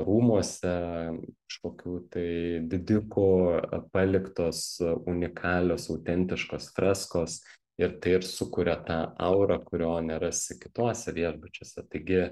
rūmuose kažkokių tai didikų paliktos unikalios autentiškos freskos ir tai ir sukuria tą aurą kurio nerasi kituose viešbučiuose taigi